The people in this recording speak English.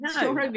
No